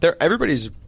everybody's